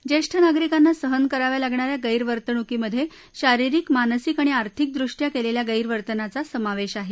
ज्येष्ठ नागरिकांना सहन कराव्या लागणा या गैरवर्तणूकीमधे शारिरिक मानसिक आणि आर्थिक दृष्ट्या केलेल्या गैरवर्तनाचा समावेश आहे